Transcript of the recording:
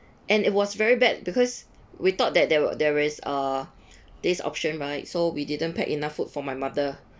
and it was very bad because we thought that there were there is uh this option right so we didn't pack enough food for my mother